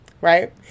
right